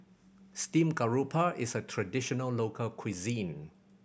steamed garoupa is a traditional local cuisine